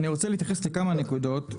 אני רוצה להתייחס לכמה נקודות.